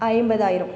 ஐம்பதாயிரம்